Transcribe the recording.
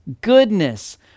goodness